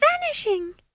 vanishing